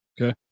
Okay